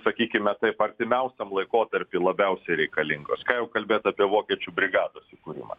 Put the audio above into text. sakykime taip artimiausiam laikotarpiui labiausiai reikalingos ką jau kalbėt apie vokiečių brigados įkūrimą